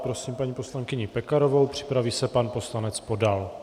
Prosím paní poslankyni Pekarovou, připraví se pan poslanec Podal.